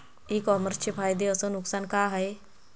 इ कामर्सचे फायदे अस नुकसान का हाये